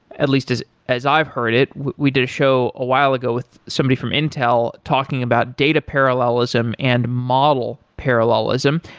at least as as i've heard it. we did a show a while ago with somebody from intel talking about data parallelism and model parallelism.